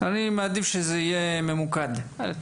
מעדיף שזה יהיה ממוקד, מהניסיון.